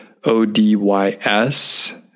ODYS